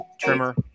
trimmer